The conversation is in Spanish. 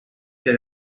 que